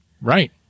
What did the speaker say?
right